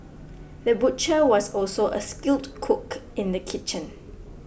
the butcher was also a skilled cook in the kitchen